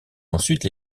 ensuite